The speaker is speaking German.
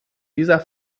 dieser